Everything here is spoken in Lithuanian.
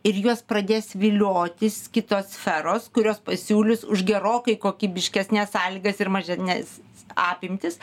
ir juos pradės viliotis kitos sferos kurios pasiūlys už gerokai kokybiškesnes sąlygas ir mažesnes apimtis